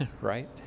right